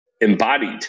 embodied